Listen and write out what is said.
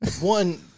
one